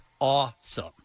awesome